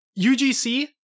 UGC